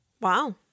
Wow